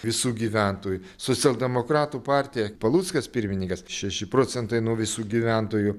visų gyventojų socialdemokratų partija paluckas pirmininkas šeši procentai nuo visų gyventojų